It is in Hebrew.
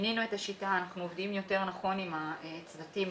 אנחנו עובדים יותר נכון עם הצוותים.